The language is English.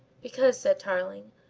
because, said tarling,